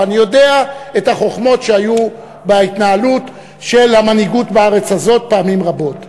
ואני יודע את החוכמות שהיו בהתנהלות של המנהיגות בארץ הזאת פעמים רבות,